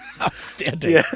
Outstanding